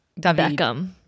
Beckham